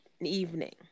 evening